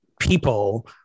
people